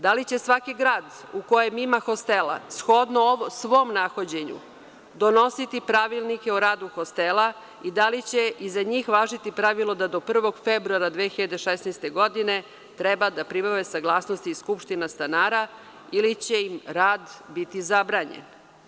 Da li će svaki grad u kojem ima hostela, shodno svom nahođenju donositi pravilnike o radu hostela i da li će i za njih važiti pravilo da do 1. februara 2016. godine treba da pribave saglasnost iz skupština stanara, ili će im rad biti zabranjen?